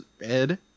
Ed